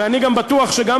ואני בטוח שגם